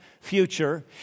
future